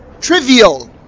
trivial